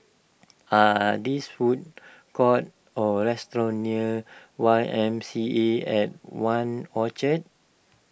are there food courts or restaurants near Y M C A at one Orchard